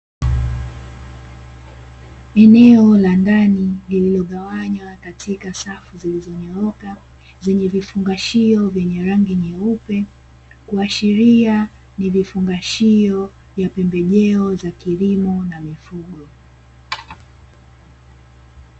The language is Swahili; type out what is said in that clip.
Eneo la ndani lillilogawanywa katika safu zilizonyooka zenye vifungashio vyenye rangi nyeupe, kuashiria ni vifungashio vya pembejeo za kilimo na mifugo.